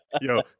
Yo